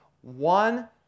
One